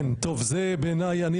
כן, אני אנמק.